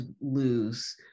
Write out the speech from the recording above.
lose